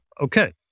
okay